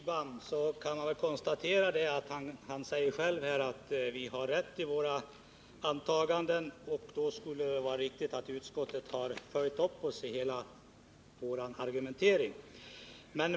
Herr talman! Helt kort till herr Siegbahn: Ni säger ju själv att vi har rätt i våra antaganden. Då hade det väl varit riktigt om utskottet hade följt upp vår argumentering.